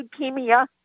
leukemia